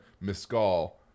mescal